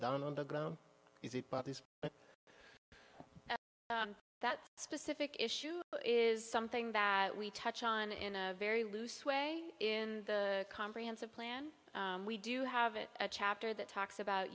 done on the ground is it but that specific issue is something that we touch on in a very loose way in the comprehensive plan we do have it a chapter that talks about